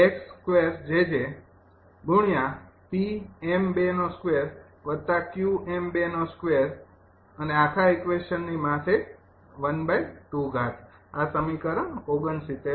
તેથી તેથી જ સામાન્ય એક આ સમીકરણ ૬૯ છે